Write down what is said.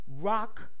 rock